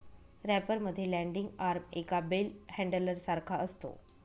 wrapper मध्ये landing arm एका bell handler सारखा असतो